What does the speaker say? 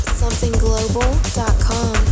somethingglobal.com